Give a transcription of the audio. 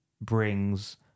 brings